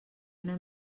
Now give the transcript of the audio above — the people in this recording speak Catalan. una